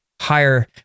higher